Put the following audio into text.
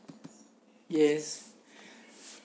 yes